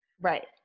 Right